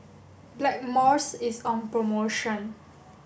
Blackmores is on promotion